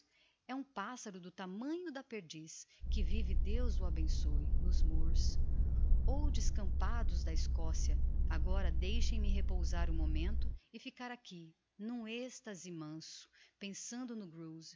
é um passaro do tamanho da perdiz que vive deus o abençôe nos moors ou descampados da escossia agora deixem-me repousar um momento e ficar aqui n'um extasi manso pensando